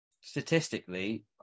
statistically